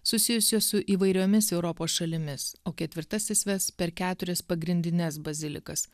susijusios su įvairiomis europos šalimis o ketvirtasis ves per keturias pagrindines bazilikas